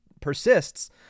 persists